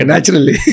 Naturally